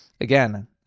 again